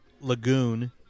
lagoon